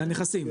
על הנכסים.